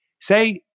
Say